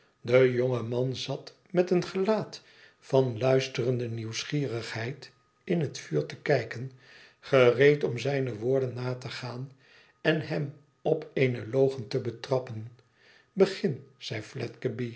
de jonge man zat met een gelaat van luisterende nieuwsgierigheid in het vuur te kijken gereed om zijne woorden na te gaan en hem op eene logen te betrappen begin zei